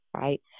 Right